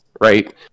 right